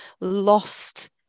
lost